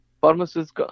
pharmacist